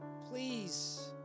please